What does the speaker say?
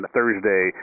Thursday